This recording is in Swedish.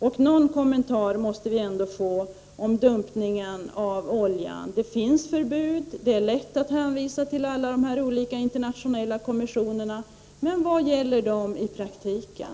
Och någon kommentar måste vi ändå få om dumpningen av oljan. Det finns förbud. Det är lätt att hänvisa till alla internationella konventioner, men vad gäller de i praktiken?